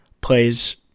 plays